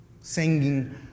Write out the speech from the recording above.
Singing